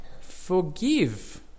Forgive